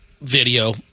video